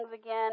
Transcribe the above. again